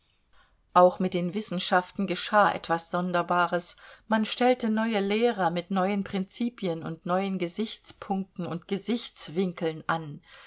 auch mit den wissenschaften geschah etwas sonderbares man stellte neue lehrer mit neuen prinzipien und neuen gesichtspunkten und gesichtswinkeln an